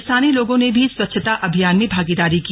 स्थानीय लोगों ने भी स्वच्छता अभियान में भागीदारी की